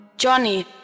Johnny